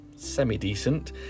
semi-decent